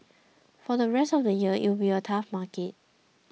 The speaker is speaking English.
for the rest of the year it will be a tough market